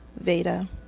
Veda